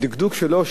הדקדוק שלו,